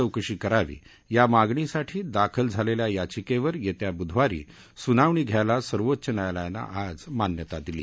चौकशी करावी यामागणीसाठी दाखलझालस्खा याचिक्वर यस्त्रा बुधवारीसुनावणी घ्यायला सर्वोच्च न्यायालयानं आज मान्यता दिली